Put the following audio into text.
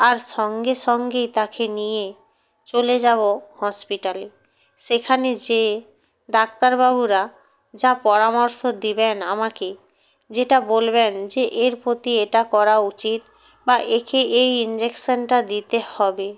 আর সঙ্গে সঙ্গেই তাখে নিয়ে চলে যাবো হসপিটালে সেখানে যেয়ে ডাক্তারবাবুরা যা পরামর্শ দিবেন আমাকে যেটা বলবেন যে এর প্রতি এটা করা উচিত বা এখে এই ইনজেকশানটা দিতে হবে